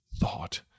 thought